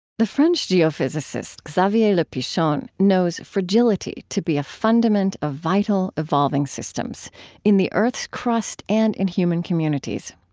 the french geophysicist xavier le pichon knows fragility to be a fundament of vital, evolving systems in the earth's crust and in human communities.